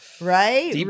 Right